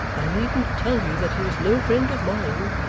i needn't tell you that he is no friend of mine,